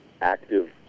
active